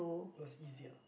it was easier